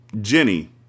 Jenny